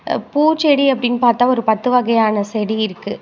பூச்செடி அப்படின்னு பார்த்தா ஒரு பத்து வகையான செடி இருக்குது